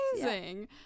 amazing